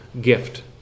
gift